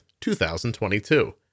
2022